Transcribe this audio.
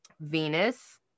Venus